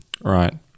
Right